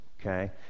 okay